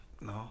no